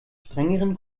strengeren